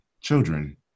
children